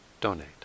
donate